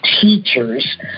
teachers